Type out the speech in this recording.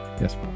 Yes